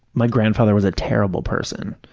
my grandfather was a terrible person.